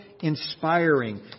inspiring